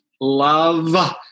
love